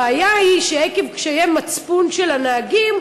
הבעיה היא שעקב קשיי מצפון של הנהגים,